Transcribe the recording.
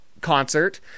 concert